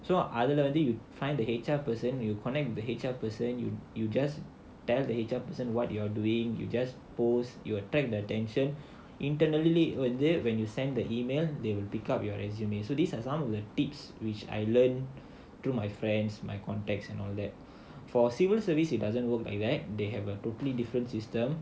so அதுல வந்து:adhula vandhu you find the H_R person you connect the H_R person you you just tell the H_R person what you're doing you just post you attract the attention internally they when you send the email they will pick up your resume so these are some of the tips which I learnt through my friends my context and all that for civil service it doesn't work like that they have a totally different system